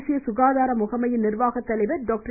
தேசிய சுகாதார முகமையின் நிர்வாக தலைவர் டாக்டர்